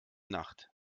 nacht